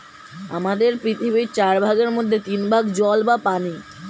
আমাদের পৃথিবীর চার ভাগের মধ্যে তিন ভাগ জল বা পানি